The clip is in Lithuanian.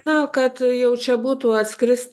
na kad jau čia būtų atskris